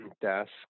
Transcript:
desk